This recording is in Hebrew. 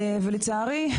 ולצערי,